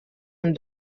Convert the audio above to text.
amb